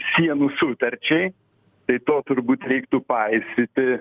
sienų sutarčiai tai to turbūt reiktų paisyti